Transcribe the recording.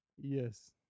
Yes